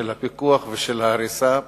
הפיקוח וההריסה,